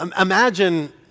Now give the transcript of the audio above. Imagine